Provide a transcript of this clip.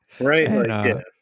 Right